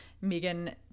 Megan